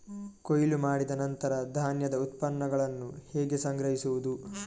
ಕೊಯ್ಲು ಮಾಡಿದ ನಂತರ ಧಾನ್ಯದ ಉತ್ಪನ್ನಗಳನ್ನು ಹೇಗೆ ಸಂಗ್ರಹಿಸುವುದು?